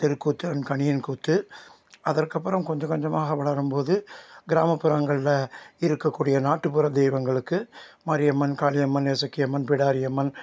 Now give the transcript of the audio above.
தெருக்கூத்து அண்ட் கணியன் கூத்து அதற்கப்புறம் கொஞ்சம் கொஞ்சமாக வளரும்போது கிராமப்புறங்களில் இருக்கக்கூடிய நாட்டுப்புற தெய்வங்களுக்கு மாரியம்மன் காளியம்மன் இசக்கியம்மன் பிடாரியம்மன்